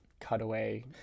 cutaway